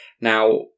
Now